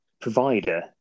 provider